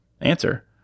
Answer